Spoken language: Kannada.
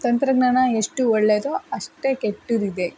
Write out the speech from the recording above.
ತಂತ್ರಜ್ಞಾನ ಎಷ್ಟು ಒಳ್ಳೆಯದೋ ಅಷ್ಟೇ ಕೆಟ್ಟದ್ದಿದೆ